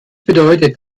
bedeutet